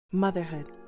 motherhood